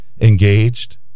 engaged